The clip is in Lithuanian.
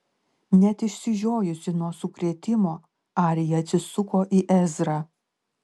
net išsižiojusi nuo sukrėtimo arija atsisuko į ezrą